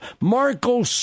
Marco